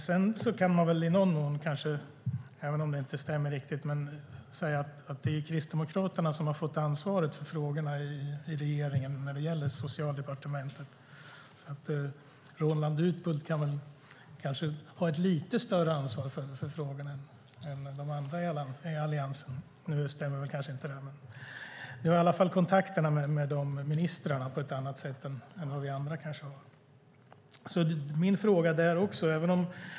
Sedan kan man kanske i någon mån, även om det inte stämmer riktigt, säga att det är Kristdemokraterna som har fått ansvaret för dessa frågor i regeringen, när det gäller Socialdepartementet. Roland Utbult har alltså ett lite större ansvar för frågan än de andra i Alliansen. Nu stämmer kanske inte det, men du har i alla fall kontakt med dessa ministrar på ett annat sätt än vi andra har.